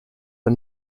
for